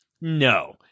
no